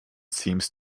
seems